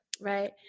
Right